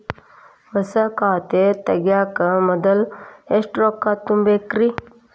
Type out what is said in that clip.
ಹೊಸಾ ಖಾತೆ ತಗ್ಯಾಕ ಮೊದ್ಲ ಎಷ್ಟ ರೊಕ್ಕಾ ತುಂಬೇಕ್ರಿ?